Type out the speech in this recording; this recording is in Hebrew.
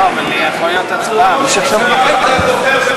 אדוני היושב-ראש,